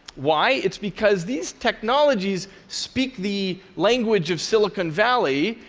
why? it's because these technologies speak the language of silicon valley,